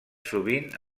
sovint